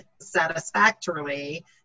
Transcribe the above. satisfactorily